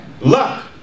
luck